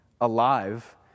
alive